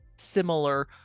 similar